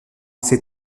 ses